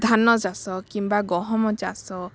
ଧାନ ଚାଷ କିମ୍ବା ଗହମ ଚାଷ